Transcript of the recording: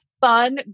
fun